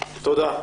תודה.